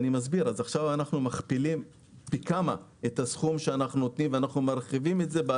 עכשיו אנחנו מגדילים פי כמה את הסכום שאנחנו נותנים ומרחיבים את זה.